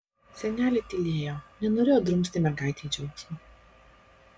senelė tylėjo nenorėjo drumsti mergaitei džiaugsmo